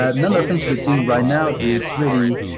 ah none of the things we do right now is really,